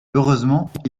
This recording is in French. heureusement